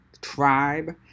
Tribe